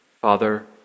Father